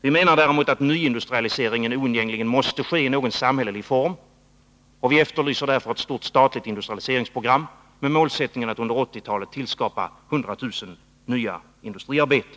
Vi menar däremot att nyindustrialiseringen oundgängligen måste ske i någon samhällelig form. Vi efterlyser därför ett stort statligt industrialiseringsprogram med målsättningen att under 80-talet tillskapa 100 000 nya industriarbeten.